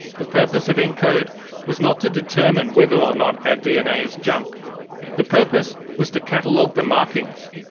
the purpose of encode was not to determine whether or not our dna is junk the purpose was to catalogue the markings.